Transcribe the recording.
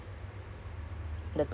oh okay